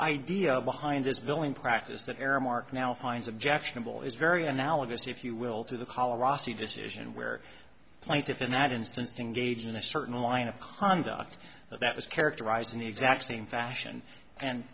idea behind this billing practice that aramark now finds objectionable is very analogous if you will to the colorado city decision where plaintiffs in that instance think gaijin a certain line of conduct that was characterized in the exact same fashion and